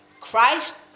Christ